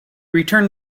returned